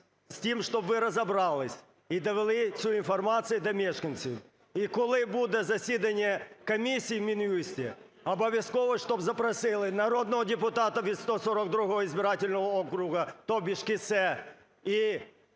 з тим, щоб ви розібрались і довели цю інформацію до мешканців. І коли буде засідання комісії у Мін'юсті, обов'язково, щоб запросили народного депутата від 142 избирательного округа, то бишь